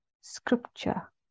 scripture